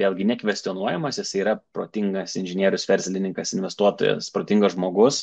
vėlgi nekvestionuojamas jisai yra protingas inžinierius verslininkas investuotojas protingas žmogus